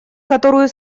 которую